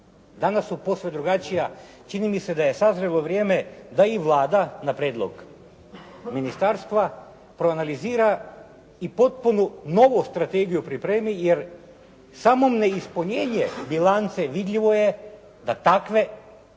Danas su posve drugačija. Čini mi se da je sazrijelo vrijeme da i Vlada na prijedlog ministarstva proanalizira i potpuno novu strategiju pripremi jer samo neispunjenje bilance vidljivo je da takve